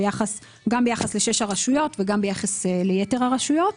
גם ביחס ל-6 הרשויות וגם ביחס ליתר הרשויות,